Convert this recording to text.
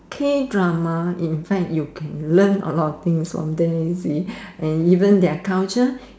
K drama inside you can learn a lot things from there you see and even their culture